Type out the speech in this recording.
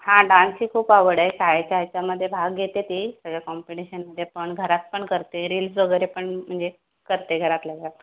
हां डान्सची खूप आवड आहे शाळेच्या याच्यामध्ये भाग घेते ती सगळ्या कॉम्पिटिशनमध्ये पण घरात पण करते रील्स वगैरे पण म्हणजे करते घरातल्या घरात